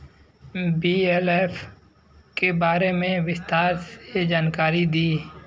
BLF के बारे में विस्तार से जानकारी दी?